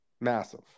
Massive